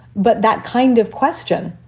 but that kind of question,